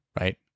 right